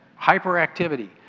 hyperactivity